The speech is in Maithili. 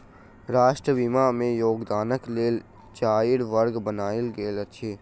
राष्ट्रीय बीमा में योगदानक लेल चाइर वर्ग बनायल गेल अछि